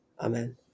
Amen